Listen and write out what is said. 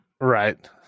Right